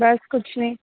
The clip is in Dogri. बस कुछ नी